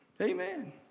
amen